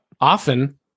Often